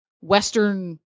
Western